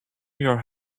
your